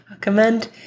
Comment